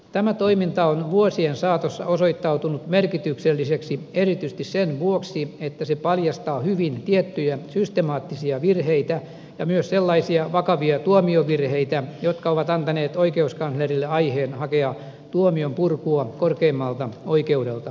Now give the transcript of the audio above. tämä toiminta on vuosien saatossa osoittautunut merkitykselliseksi erityisesti sen vuoksi että se paljastaa hyvin tiettyjä systemaattisia virheitä ja myös sellaisia vakavia tuomiovirheitä jotka ovat antaneet oikeuskanslerille aiheen hakea tuomion purkua korkeimmalta oikeudelta